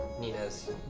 Nina's